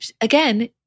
again